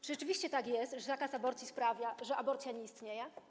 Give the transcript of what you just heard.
Czy rzeczywiście tak jest, że zakaz aborcji sprawia, że aborcja nie istnieje?